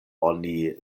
oni